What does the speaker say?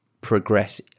progress